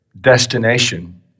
destination